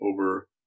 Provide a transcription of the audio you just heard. over